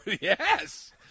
yes